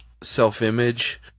self-image